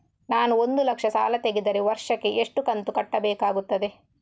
ನಾನು ಒಂದು ಲಕ್ಷ ಸಾಲ ತೆಗೆದರೆ ವರ್ಷಕ್ಕೆ ಎಷ್ಟು ಕಂತು ಕಟ್ಟಬೇಕಾಗುತ್ತದೆ?